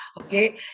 Okay